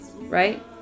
right